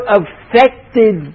affected